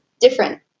different